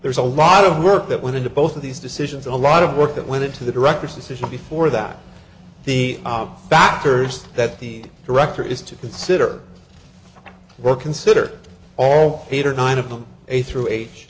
there's a lot of work that went into both of these decisions and a lot of work that went into the director's decision before that the factors that the director is to consider were consider all eight or nine of them a through age